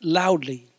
loudly